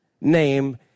name